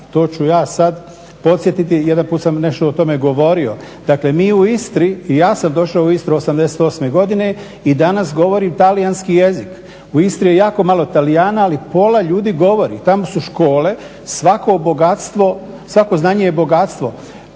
to ću ja sada podsjetiti, jedan put sam o tome nešto govorio, dakle mi u Istri i ja sam došao u Istru '88.godine i danas govorim talijanski jezik. U Istri je jako malo Talijana ali pola ljudi govori, tamo su škole svako znanje je bogatstvo.